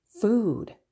food